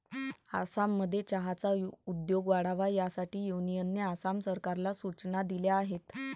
आसाममध्ये चहाचा उद्योग वाढावा यासाठी युनियनने आसाम सरकारला सूचना दिल्या आहेत